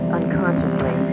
unconsciously